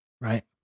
right